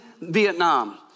Vietnam